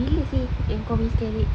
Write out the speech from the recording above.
bila seh yang kau miscarriage